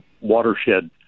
watershed